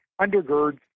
undergirds